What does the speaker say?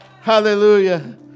Hallelujah